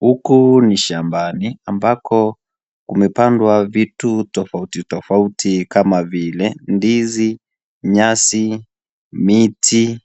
Huku ni shambani ambako kumepandwa vitu tofauti tofauti kama vile ndizi ,nyasi, miti.